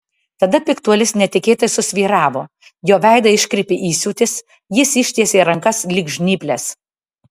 tada piktuolis netikėtai susvyravo jo veidą iškreipė įsiūtis jis ištiesė rankas lyg žnyples